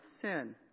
sin